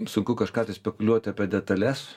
sunku kažką tai spekuliuot apie detales